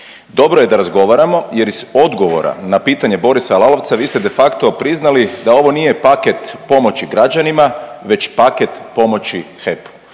Dobro je da razgovaramo, jer iz odgovora na pitanje Borisa Lalovca vi ste de facto priznali da ovo nije paket pomoći građanima već paket pomoći HEP-u